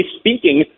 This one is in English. speaking